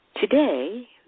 Today